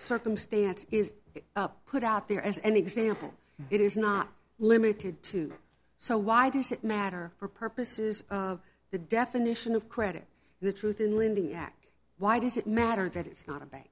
circumstance is up put out there as an example it is not limited to so why does it matter for purposes of the definition of credit the truth in lending act why does it matter that it's not a bank